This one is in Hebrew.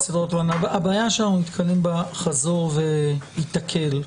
הבעיה שאנחנו נתקלים בה חזור והיתקל,